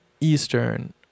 Eastern